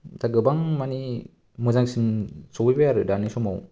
दा गोबां माने मोजांसिन सफैबाय आरो दानि समाव